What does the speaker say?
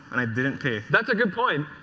and i didn't pay. that's a good point.